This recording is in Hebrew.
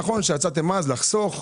נכון שהצעתם לחסוך,